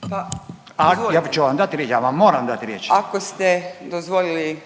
to htjeli reć. Ja ću vam dat riječ, ja vam moram dat riječ. **Knežević, Viktorija (Centar)** Ako ste dozvolili